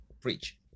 preach